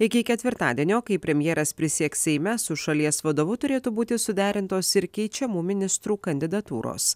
iki ketvirtadienio kai premjeras prisieks seime su šalies vadovu turėtų būti suderintos ir keičiamų ministrų kandidatūros